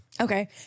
Okay